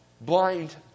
blind